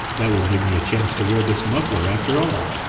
that will give me a chance to wear this muffler, after all.